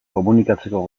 komunikatzeko